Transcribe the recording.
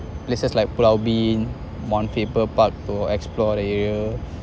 places like pulau ubin one people park to explore the area